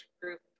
group